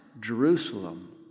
Jerusalem